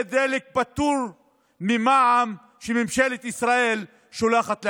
דלק פטור ממע"מ שממשלת ישראל שולחת לעזה.